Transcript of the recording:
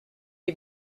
est